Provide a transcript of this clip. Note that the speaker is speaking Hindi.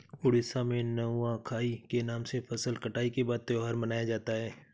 उड़ीसा में नुआखाई के नाम से फसल कटाई के बाद त्योहार मनाया जाता है